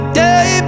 day